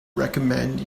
recommend